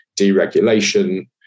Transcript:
deregulation